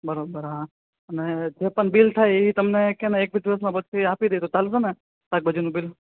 બરોબર હા અને જે પણ બિલ થાય એ તમને કેને એક બે દિવસમાં પછી આપી દઈશું તો ચાલશે ને શાકભાજીનું બિલ